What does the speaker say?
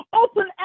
Open